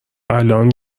الان